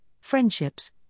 friendships